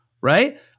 right